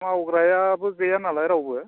मावग्रायाबो गैया नालाय रावबो